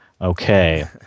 Okay